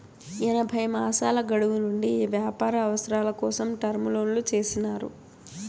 ఎనభై మాసాల గడువు నుండి వ్యాపార అవసరాల కోసం టర్మ్ లోన్లు చేసినారు